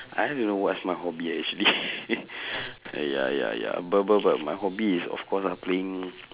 I don't know what's my hobby actually ya ya ya but but but my hobby is of cause ah playing